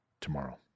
tomorrow